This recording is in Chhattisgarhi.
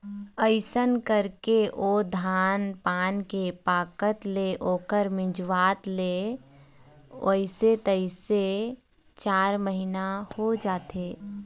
अइसन करके ओ धान पान के पकत ले ओखर मिंजवात ले अइसे तइसे चार महिना हो जाथे